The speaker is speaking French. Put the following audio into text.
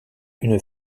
une